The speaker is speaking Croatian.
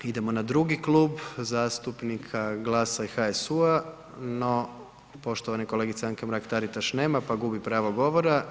Idemo na drugi Klub zastupnika GLAS-a i HSU-a, no poštovane kolegice Anke Mrak Taritaš nema pa gubi pravo govora.